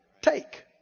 take